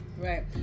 Right